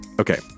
Okay